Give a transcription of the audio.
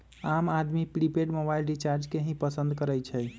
आम आदमी prepaid mobile recharge के ही पसंद करई छई